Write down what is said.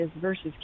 versus